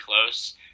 close